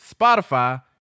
Spotify